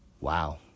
Wow